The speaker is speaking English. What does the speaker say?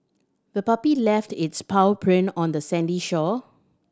the puppy left its paw print on the sandy shore